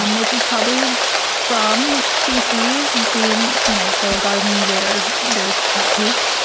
um which is probably from feces being, you know so a garden where there's cat poop,